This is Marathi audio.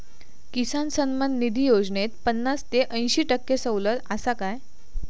किसान सन्मान निधी योजनेत पन्नास ते अंयशी टक्के सवलत आसा काय?